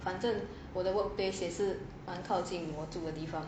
反正我的 workplace 也是满靠近我住的地方